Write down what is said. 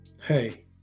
hey